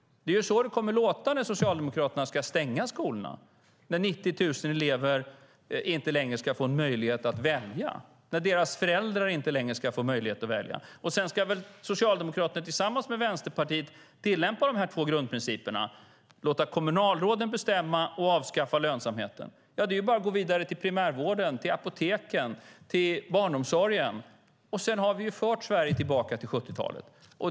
Det är så det kommer att låta när Socialdemokraterna ska stänga skolorna - när 90 000 elever och deras föräldrar inte längre ska få en möjlighet att välja. Sedan ska väl Socialdemokraterna tillsammans med Vänsterpartiet tillämpa de två grundprinciperna: att låta kommunalråden bestämma och avskaffa lönsamheten. Ja, det är bara att gå vidare till primärvården, apoteken och barnomsorgen, och sedan har vi fört Sverige tillbaka till 70-talet.